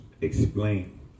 explain